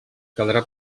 caldrà